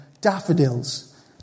daffodils